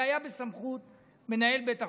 זה היה בסמכות מנהל בית החולים,